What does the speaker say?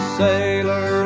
sailor